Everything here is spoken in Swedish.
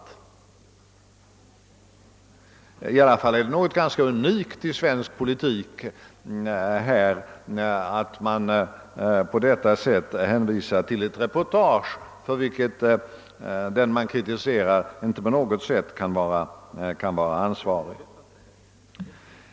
Det är i alla fall något unikt i svensk politik att på detta sätt hänvisa till ett reportage, för vilket den som kritiserats inte på något sätt kan anses ansvarig.